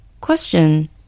Question